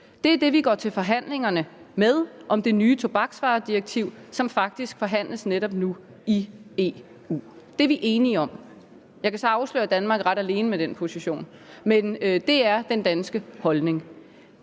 Det er det, vi går til forhandlingerne om den nye tobaksvaredirektiv, som faktisk forhandles netop nu i EU, med. Det er vi enige om. Jeg kan så afsløre, at Danmark er ret alene med den position. Men det er den danske holdning.